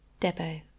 Debo